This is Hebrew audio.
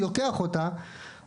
התקציב שהוזכר פה שאינו מספיק,